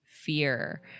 fear